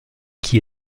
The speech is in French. qui